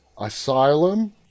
Asylum